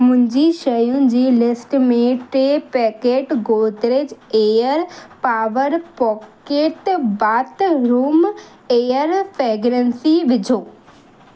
मुंहिंजी शयुनि जी लिस्ट में टे pack Godrej air power pocket bathroom air fragrance विझो